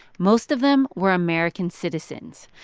most of them were american citizens.